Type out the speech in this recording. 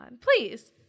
Please